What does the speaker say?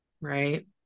Right